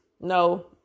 No